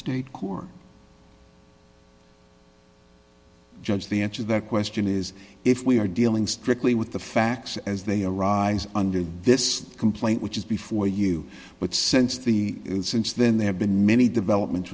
state court judge the answer the question is if we are dealing strictly with the facts as they arise under this complaint which is before you but since the since then there have been many developments